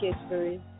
History